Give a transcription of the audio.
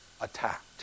attacked